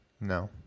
No